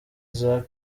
isaac